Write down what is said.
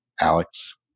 Alex